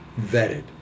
vetted